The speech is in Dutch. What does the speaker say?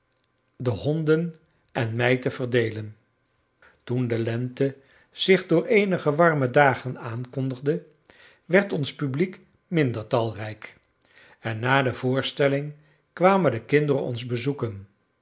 de honden en mij te verdeelen toen de lente zich door eenige warme dagen aankondigde werd ons publiek minder talrijk en na de voorstelling kwamen de kinderen ons bezoeken